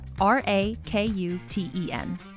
R-A-K-U-T-E-N